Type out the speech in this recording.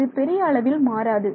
இது பெரிய அளவில் மாறாது